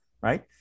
right